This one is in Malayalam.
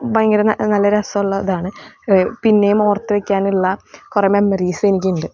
ഭയങ്കര നല്ല രസമുള്ള ഇതാണ് പിന്നെയും ഓർത്തു വയ്ക്കാനുള്ള കുറെ മെമ്മറീസും എനിക്കുണ്ട്